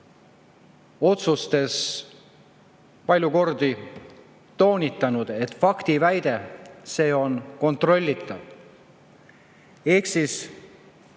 otsustes palju kordi toonitanud, et faktiväide on kontrollitav. Ehk rikutud